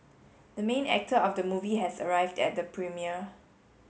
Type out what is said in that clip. the main actor of the movie has arrived at the premiere